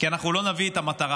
כי אנחנו לא נביא את המטרה.